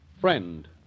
Friend